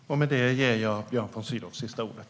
Herr talman! Med det ger jag Björn von Sydow sista ordet.